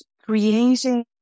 creating